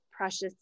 precious